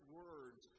words